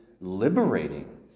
Liberating